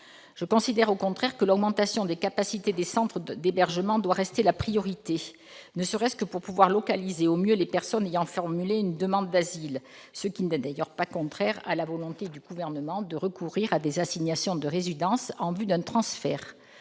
Je considère au contraire que l'augmentation des capacités des centres d'hébergement doit rester la priorité, ne serait-ce que pour pouvoir localiser au mieux les personnes ayant formulé une demande d'asile, ce qui n'est d'ailleurs pas contraire à la volonté du Gouvernement de recourir à des assignations à résidence en vue d'un transfert.